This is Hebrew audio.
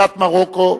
בירת מרוקו,